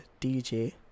DJ